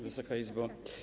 Wysoka Izbo!